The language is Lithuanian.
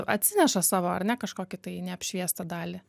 atsineša savo ar ne kažkokią tai neapšviestą dalį